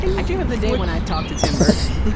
i dream of the day when i talk to tim burton.